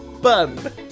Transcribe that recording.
Bun